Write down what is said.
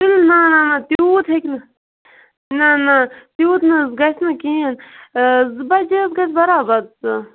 نہ نہ تیوٗت ہیکہِ نہٕ نہ نہ تیوٗت نہٕ حظ گژھِ نہٕ کِہیٖنۍ آ زٕ بجے حَظ گژھِ برابر سُہ